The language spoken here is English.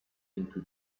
into